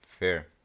Fair